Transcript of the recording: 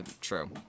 True